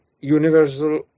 universal